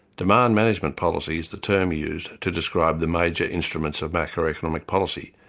demand management policy is the term used to describe the major instruments of macroeconomic policy,